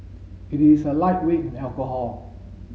it is a lightweight in alcohol